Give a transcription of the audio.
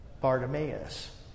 Bartimaeus